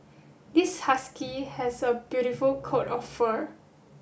this husky has a beautiful coat of fur